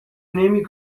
نمی